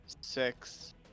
six